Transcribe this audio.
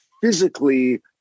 physically